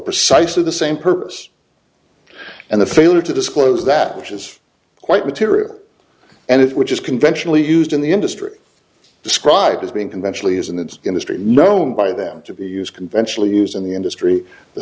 precisely the same purpose and the failure to disclose that which is quite material and if which is conventionally used in the industry described as being conventionally as in the industry known by them to be used conventionally used in the industry the